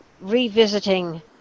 revisiting